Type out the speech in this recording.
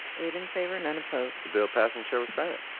eight in favor none opposed. bill passes and chair will sign it.